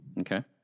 Okay